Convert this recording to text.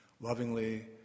lovingly